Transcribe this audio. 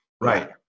right